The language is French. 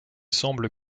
semble